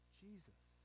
jesus